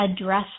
address